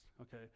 okay